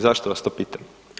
Zašto vas to pitam.